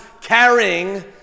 carrying